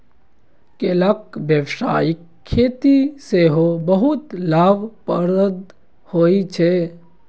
केलाक व्यावसायिक खेती सेहो बहुत लाभप्रद होइ छै